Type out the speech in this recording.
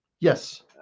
yes